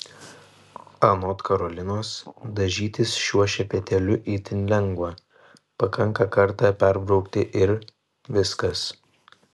anot karolinos dažytis šiuo šepetėliu itin lengva pakanka kartą perbraukti ir viskas